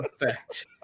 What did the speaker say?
Effect